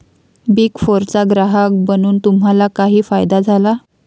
Big फोरचा ग्राहक बनून तुम्हाला काही फायदा झाला?